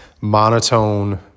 monotone